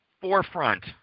forefront